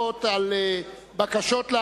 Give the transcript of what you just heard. בבקשה.